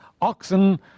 oxen